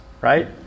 right